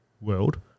world